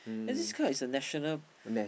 then this car is a national